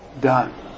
Done